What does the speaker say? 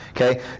Okay